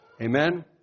Amen